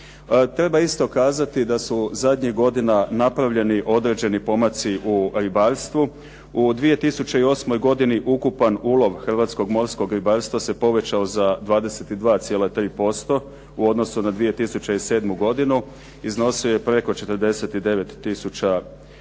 Treba isto kazati da su zadnjih godina napravljeni određeni pomaci u ribarstvu. U 2008. godini ukupan ulov hrvatskog morskog ribarstva se povećao za 22,3%. U odnosu na 2007. godinu iznosio je preko 49